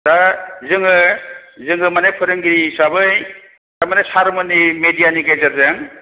दा जोङो जोङो माने फोरोंगिरि हिसाबै थारमाने सारमोननि मेदियानि गेजेरजों